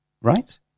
right